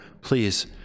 Please